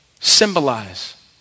symbolize